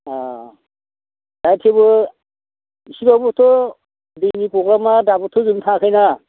अह गासिबो इसेबाबोथ' दैनि प्रग्रामा दाबोथ' जोबनो थाङाखै ना